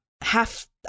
half